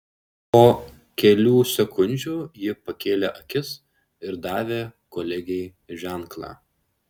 po kelių sekundžių ji pakėlė akis ir davė kolegei ženklą